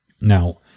Now